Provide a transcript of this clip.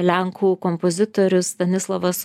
lenkų kompozitorius stanislovas